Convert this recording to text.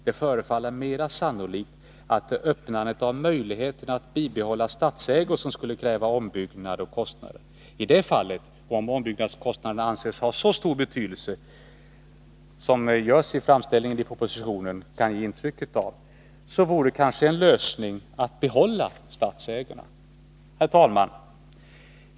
Det förefaller mer sannolikt att det är öppnandet av möjligheten att bibehålla stadsägor, som skulle kräva ombyggnad och kostnader. I det fallet, och om ombyggnadskostnaden anses ha så stor betydelse som framställningen i propositionen kan ge intryck av, kan kanske lösningen vara att behålla stadsägorna. Herr talman!